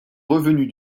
revenus